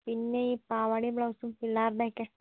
പിന്നെ ഈ പാവാടേം ബ്ലൗസും പിള്ളേരുടെ ഒക്കെ